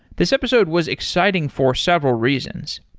this episode was exciting for several reasons.